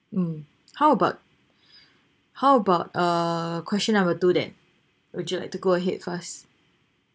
mm how about how about uh question number two that would you like to go ahead first